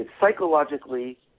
psychologically